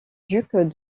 duc